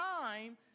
time